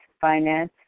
finance